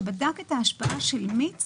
שבדק את ההשפעה של מיץ